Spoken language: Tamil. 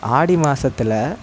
ஆடி மாசத்தில்